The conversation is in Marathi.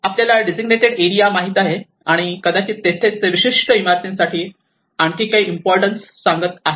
आपल्याला डेसिग्नेटेड एरिया माहित आहे आणि कदाचित तेथेच ते विशिष्ट इमारतींसाठी आणखी काही इम्पॉर्टन्स सांगत आहेत